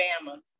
Alabama